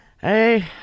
hey